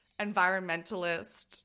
environmentalist